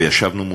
וישבנו מולך.